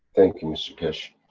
thank you mr keshe.